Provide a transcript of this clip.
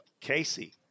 Casey